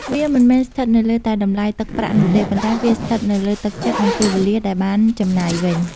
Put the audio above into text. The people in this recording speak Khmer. វាមិនមែនស្ថិតនៅលើតែតម្លៃទឹកប្រាក់នោះទេ ប៉ុន្តែវាស្ថិតនៅលើ «ទឹកចិត្ត» និង «ពេលវេលា» ដែលបានចំណាយវិញ។